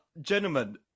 gentlemen